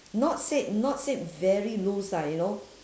not said not said very loose lah you know